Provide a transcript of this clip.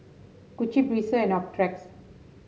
Gucci Breezer and Optrex